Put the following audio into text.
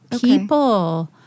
people